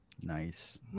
Nice